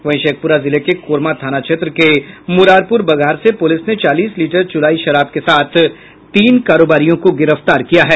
वही शेखपुरा जिले के कोरमा थाना क्षेत्र के मुरारपुर बघार से पुलिस ने चालीस लीटर चुलाई शराब के साथ तीन कारोबारियों को गिरफ्तार किया है